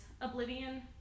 oblivion